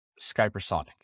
Skypersonic